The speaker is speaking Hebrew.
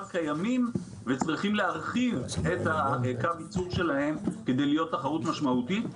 קיימים וצריכים להרחיב את קו הייצור שלהם כדי להיות תחרות משמעותית,